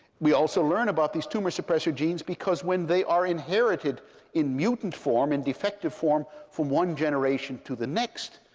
we also learn about these tumor suppressor genes because when they are inherited in mutant form, in defective form, from one generation to the next,